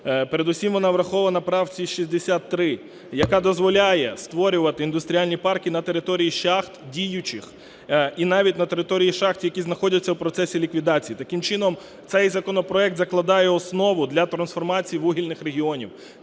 Передусім вона врахована в правці 63, яка дозволяє створювати індустріальні парки на території шахт діючих, і навіть на території шахт, які знаходяться в процесі ліквідації. Таким чином цей законопроект закладає основу для трансформації вугільних регіонів.